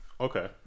Okay